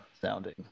sounding